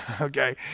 Okay